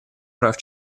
прав